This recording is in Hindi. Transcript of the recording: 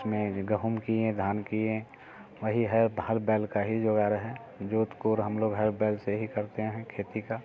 उस में गहूँ किए धान किए वही है हल बैल का यही जोगाड़ है जोत कोड़ हम लोग हल बैल से ही करते हैं खेती की